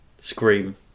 Scream